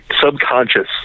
subconscious